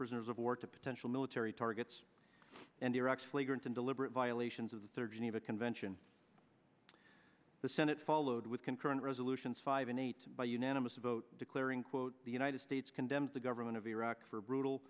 prisoners of war to potential military targets and iraq's flagrant and deliberate violations of the third geneva convention the senate followed with concurrent resolutions five and eight by unanimous vote declaring quote the united states condemned the government of iraq for brutal